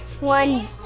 One